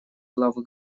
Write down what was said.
главы